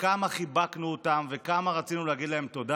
כמה חיבקנו אותם וכמה רצינו להגיד להם תודה?